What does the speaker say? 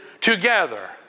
together